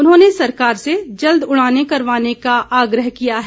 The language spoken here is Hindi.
उन्होंने सरकार से जल्द उड़ानें करवाने का आग्रह किया है